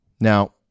Now